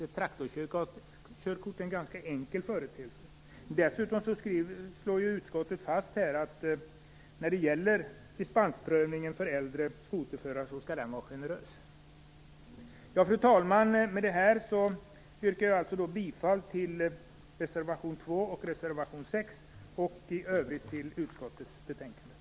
Ett traktorkörkort är en ganska enkel företeelse. Dessutom slår utskottet fast att dispensprövningen för äldre skoterförare skall vara generös. Fru talman! Med detta yrkar jag alltså bifall till reservationerna 2 och 6 och i övrigt till utskottets hemställan.